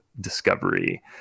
discovery